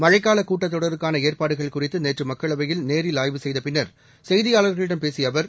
மழைக்கால கூட்டத் தொடருக்கான ஏற்பாடுகள் குறித்து நேற்று மக்களவையில் நேரில் ஆய்வு செய்தபின்னர் செய்தியாளர்களிடம் பேசிய அவர்